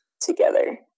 together